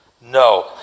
No